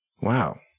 Wow